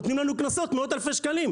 נותנים לנו קנסות של מאות אלפי שקלים,